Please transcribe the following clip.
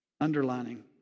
underlining